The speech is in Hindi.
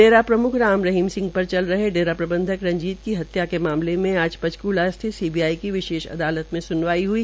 डेरा प्रम्ख राम रहीम सिह पर चल रहे डेरा प्रबंधक रंजीत की हत्या के मामले में आज पंचक्ला स्थित सीबीआई अदालत में स्नवाई हई